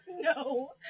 No